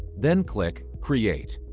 then click create.